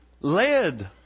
led